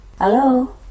Hello